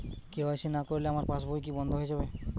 KYC না করলে আমার পাশ বই কি বন্ধ হয়ে যাবে?